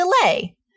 delay